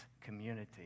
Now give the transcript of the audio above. community